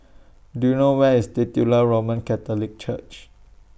Do YOU know Where IS Titular Roman Catholic Church